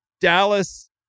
Dallas